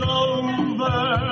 over